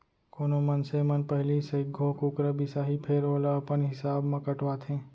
कोनो मनसे मन पहिली सइघो कुकरा बिसाहीं फेर ओला अपन हिसाब म कटवाथें